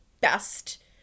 best